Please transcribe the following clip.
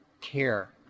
care